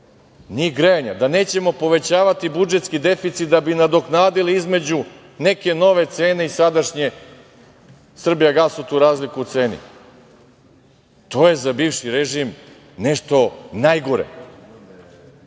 grejanja, da nećemo povećavati budžetski deficit da bi nadoknadili između neke nove cene i sadašnje „Srbijagasu“ tu razliku u ceni. To je za bivši režim nešto najgore. To